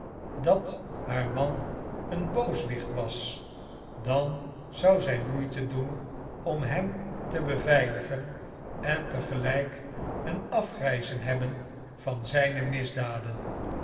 dat haar man een booswicht was dan zou zij moeite doen om hem te beveiligen en te gelijk een afgrijzen hebben van zijne misdaden